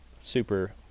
super